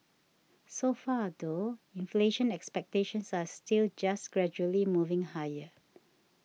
so far though inflation expectations are still just gradually moving higher